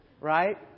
right